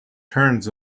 terns